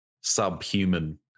subhuman